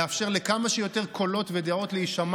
לאפשר לכמה שיותר קולות ודעות להישמע